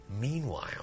Meanwhile